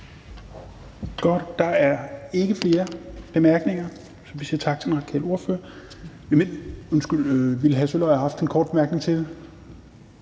Der er ikke flere korte bemærkninger, så vi siger tak til den radikale ordfører. Undskyld, ville hr. Jakob Sølvhøj have haft en kort bemærkning til?